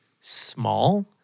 small